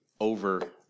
over